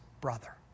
brother